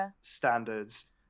standards